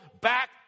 back